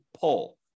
pull